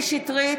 קטרין שטרית,